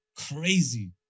Crazy